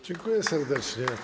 Dziękuję serdecznie.